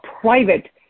private